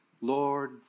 Lord